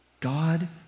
God